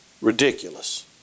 Ridiculous